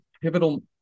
pivotal